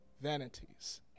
Vanities